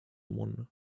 one